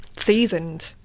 seasoned